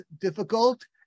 difficult